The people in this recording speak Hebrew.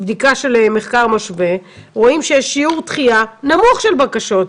בבדיקה של מחקר משווה רואים שיש שיעור דחייה נמוך של בקשות.